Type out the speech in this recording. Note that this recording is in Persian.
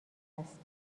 است